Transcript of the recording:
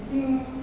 I think